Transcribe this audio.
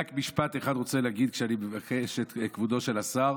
אני רוצה להגיד רק משפט אחד כשאני מבקש את כבודו של השר: